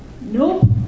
nope